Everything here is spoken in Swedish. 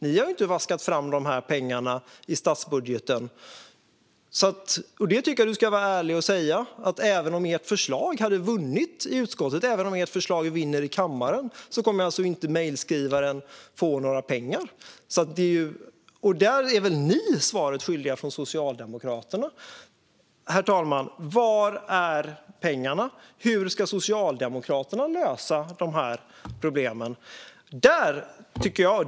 Ni har inte vaskat fram dessa pengar i statsbudgeten. Det tycker jag att du ska vara ärlig och säga. Även om ert förslag hade vunnit i utskottet och i kammaren kommer alltså mejlskrivaren inte att få några pengar. Där är väl ni från Socialdemokraterna svaret skyldiga. Var är pengarna? Hur ska Socialdemokraterna lösa problemen?